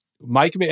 Mike